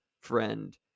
friend